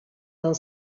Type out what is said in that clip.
del